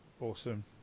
awesome